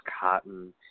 cotton